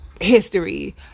history